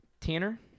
Tanner